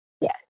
Yes